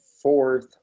Fourth